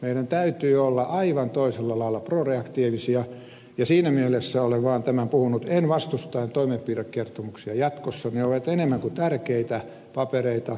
meidän täytyy olla aivan toisella lailla proreaktiivisia ja siinä mielessä olen vaan tämän puhunut en vastustaen toimenpidekertomuksia jatkossa ne ovat enemmän kuin tärkeitä papereita